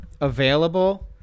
available